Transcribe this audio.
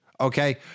Okay